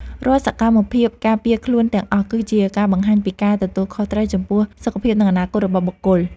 រាល់សកម្មភាពការពារខ្លួនទាំងអស់គឺជាការបង្ហាញពីការទទួលខុសត្រូវចំពោះសុខភាពនិងអនាគតរបស់បុគ្គល។